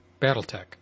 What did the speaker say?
Battletech